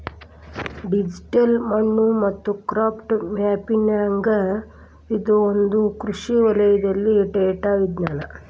digital ಮಣ್ಣು ಮತ್ತು crop mapping ಇದು ಒಂದು ಕೃಷಿ ವಲಯದಲ್ಲಿ ಡೇಟಾ ವಿಜ್ಞಾನ